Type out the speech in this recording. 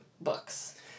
books